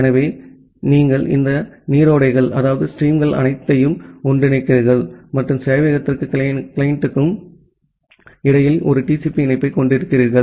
எனவே இங்கே நீங்கள் இந்த நீரோடைகள் அனைத்தையும் ஒன்றிணைக்கிறீர்கள் மற்றும் சேவையகத்திற்கும் கிளையனுக்கும் இடையில் ஒரு TCP இணைப்பைக் கொண்டிருக்கிறீர்கள்